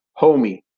Homie